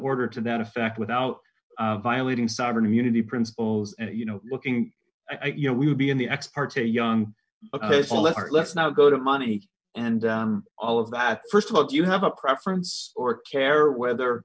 order to that effect without violating sovereign immunity principles and you know looking at you know we would be in the ex parte young let's now go to money and all of that st of all do you have a preference or care whether